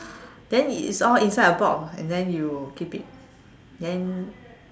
then it's all inside a box and then you keep it then